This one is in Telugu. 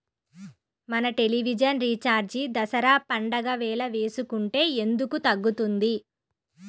మన టెలివిజన్ రీఛార్జి దసరా పండగ వేళ వేసుకుంటే ఎందుకు తగ్గుతుంది?